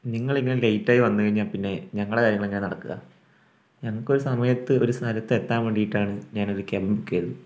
നിങ്ങൾ ഇങ്ങനെ ലെയ്റ്റ് ആയി വന്നു കഴിഞ്ഞാൽ പിന്നെ ഞങ്ങളുടെ കാര്യങ്ങൾ എങ്ങനെ നടക്കുക ഞങ്ങൾക്ക് ഒരു സമയത്ത് ഒരു സ്ഥലത്ത് എത്താൻ വേണ്ടിയിട്ടാണ് ഞാൻ ഒരു ക്യാബ് ബുക്ക് ചെയ്തത്